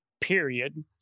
Period